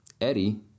Eddie